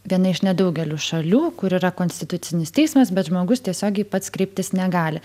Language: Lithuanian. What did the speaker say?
viena iš nedaugelio šalių kur yra konstitucinis teismas bet žmogus tiesiogiai pats kreiptis negali